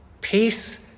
Peace